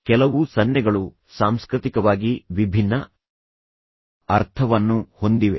ಕೆಲವು ಸನ್ನೆಗಳು ಸಾಂಸ್ಕೃತಿಕವಾಗಿ ವಿಭಿನ್ನ ಅರ್ಥವನ್ನು ಹೊಂದಿವೆ